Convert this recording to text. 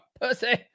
pussy